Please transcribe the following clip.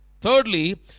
thirdly